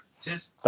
Cheers